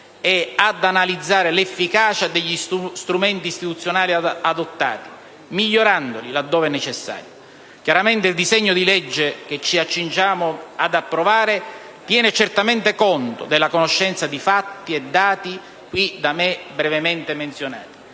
e ad analizzare l'efficacia degli strumenti istituzionali adottati, migliorandoli laddove necessario. Chiaramente, il disegno di legge che ci accingiamo ad approvare tiene certamente conto della conoscenza dei fatti e dei dati qui da me brevemente menzionati